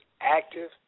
active